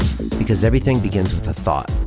because everything begins with a thought,